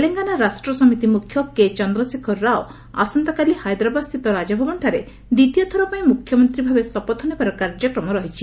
ତେଲେଙ୍ଗାନା ରାଷ୍ଟ୍ରସମିତି ମୁଖ୍ୟ କେ ଚନ୍ଦ୍ରଶେଖର ରାଓ ଆସନ୍ତାକାଲି ହାଇଦ୍ରାବାଦ୍ ସ୍ଥିତ ରାଜଭବନଠାରେ ଦ୍ୱିତୀୟଥର ପାଇଁ ମୁଖ୍ୟମନ୍ତ୍ରୀ ଭାବେ ଶପଥ ନେବାର କାର୍ଯ୍ୟକ୍ରମ ରହିଛି